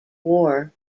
war